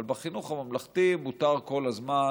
אבל בחינוך הממלכתי מותר כל הזמן